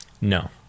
No